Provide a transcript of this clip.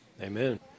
Amen